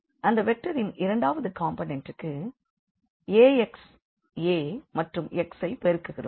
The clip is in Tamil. அந்த வெக்டரின் இரண்டாவது காம்போனண்ட் க்கு Ax A மற்றும் x ஐப் பெருக்குகிறோம்